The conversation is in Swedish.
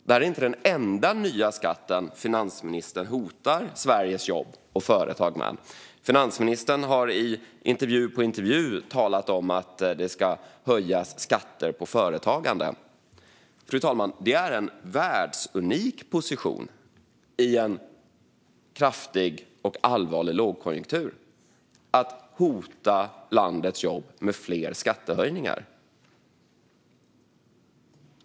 Det här är inte den enda nya skatt finansministern hotar Sveriges jobb och företag med. Finansministern har i intervju på intervju talat om att det ska höjas skatter på företagande. Fru talman! Det är en världsunik position i en kraftig och allvarlig lågkonjunktur att hota landets jobb med fler skattehöjningar.